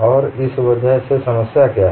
और इस वजह से समस्या क्या है